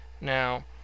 Now